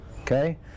Okay